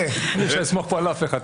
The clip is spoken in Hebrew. אי אפשר לסמוך פה על אף אחד.